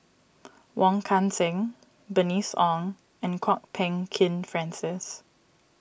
Wong Kan Seng Bernice Ong and Kwok Peng Kin Francis